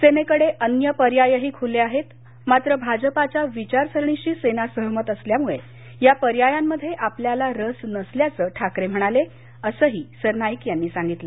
सेनेकडे अन्य पर्यायही खुले आहेत मात्र भाजपाच्या विचारसरणीशी सेना सहमत असल्यामुळे या पर्यायांमध्ये आपल्याला रस नसल्याचं ठाकरे म्हणाले असंही सरनाईक यांनी सांगितलं